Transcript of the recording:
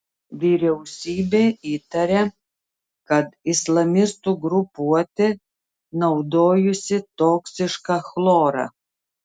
vyriausybė įtaria kad islamistų grupuotė naudojusi toksišką chlorą